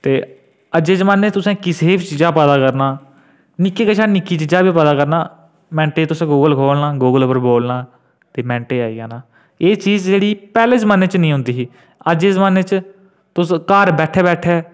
खाल्ली